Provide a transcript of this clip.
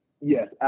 Yes